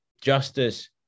justice